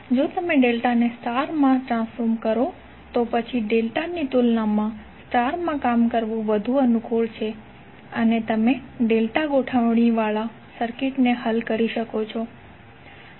જો તમે ડેલ્ટાને સ્ટારમાં ટ્રાન્સફોર્મ કરો છો તો પછી ડેલ્ટાની તુલનામાં સ્ટારમાં કામ કરવું વધુ અનુકૂળ છે અને તમે ડેલ્ટા ગોઠવણીવાળા સર્કિટને હલ કરી શકો છો